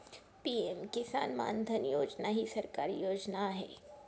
PM किसान मानधन योजना ही सरकारी योजना आहे